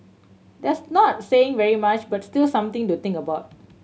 that's not saying very much but still something to think about